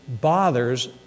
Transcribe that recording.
bothers